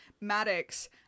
Maddox